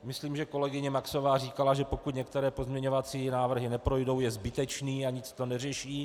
Myslím, že kolegyně Maxová říkala, že pokud některé pozměňovací návrhy neprojdou, je zbytečný a nic to neřeší.